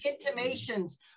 intimations